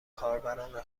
کاربران